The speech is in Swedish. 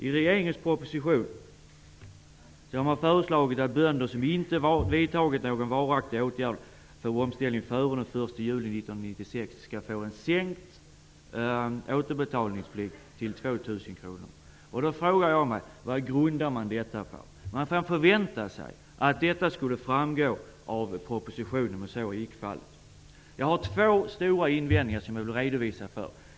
I regeringens proposition har man föreslagit att bönder som inte har vidtagit varaktiga åtgärder för omställning före den 1 juli 1996 skall få sin återbetalningsplikt sänkt till 2 000 kr. Jag frågar mig vad man grundar detta på. Jag förväntar mig att detta skulle framgå av propositionen, men så är icke fallet. Jag har två stora invändningar som jag vill redovisa.